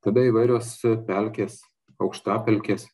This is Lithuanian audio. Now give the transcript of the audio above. tada įvairios pelkės aukštapelkės